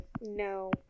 No